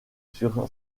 sur